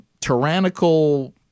tyrannical